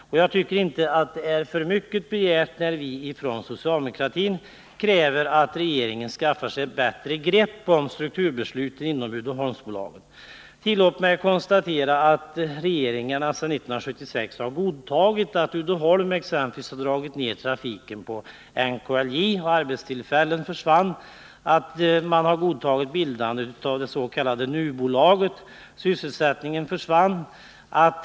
Och jag tycker inte det är för mycket begärt när vi från socialdemokratin kräver att regeringen skaffar sig ett bättre grepp om strukturbesluten inom Uddeholmsbolaget. Tillåt mig konstatera att regeringarna sedan 1976 har godtagit att exempelvis Uddeholm har dragit ner trafiken på NKLJ — arbetstillfällen försvann. Man har godtagit bildandet av dets.k. NU-bolaget— sysselsättning försvann.